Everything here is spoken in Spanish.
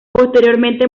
posteriormente